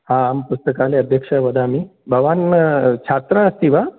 आम् पुस्तकालयाध्यक्षः वदामि भवान् छात्रः अस्ति वा